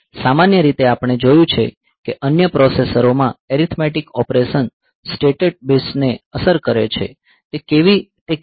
સામાન્ય રીતે આપણે જોયું છે કે અન્ય પ્રોસેસરોમાં એરીથમેટિક ઓપરેશન સ્ટેટસ બિટ્સને અસર કરે છે